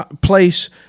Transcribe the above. place